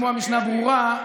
כמו המשנה ברורה,